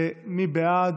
מי בעד?